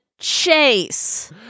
chase